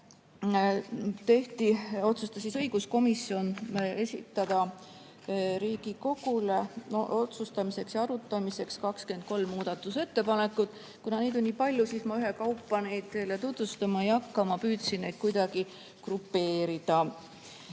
otsustas õiguskomisjon esitada Riigikogule otsustamiseks ja arutamiseks 23 muudatusettepanekut. Kuna neid on nii palju, siis ma ühekaupa neid teile tutvustama ei hakka, aga ma püüdsin neid kuidagi grupeerida.